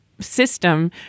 system